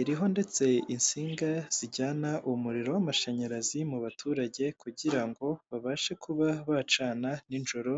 iriho ndetse insinga zijyana umuriro w'amashanyarazi mubaturage kugira ngo babashe kuba bacana ninjoro.